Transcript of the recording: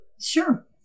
Sure